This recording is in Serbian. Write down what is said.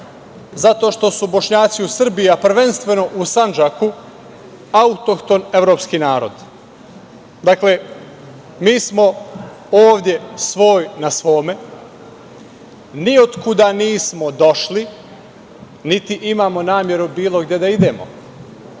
zato što su Bošnjaci u Srbiji, a prvenstveno u Sandžaku, autohton evropski narod. Mi smo ovde svoj na svome. Niotkuda nismo došli, niti imamo nameru bilo gde da idemo.